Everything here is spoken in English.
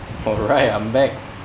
alright I'm back